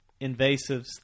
invasives